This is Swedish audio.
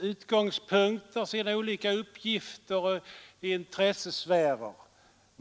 utgångspunkter, sina olika uppgifter och intressesfärer.